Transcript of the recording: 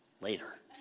Later